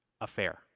affair